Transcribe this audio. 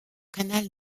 canal